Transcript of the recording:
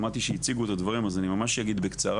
שמעתי שהציגו את הדברים, אז אני ממש אגיד בקצרה.